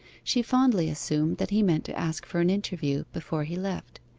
she fondly assumed that he meant to ask for an interview before he left.